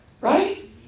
Right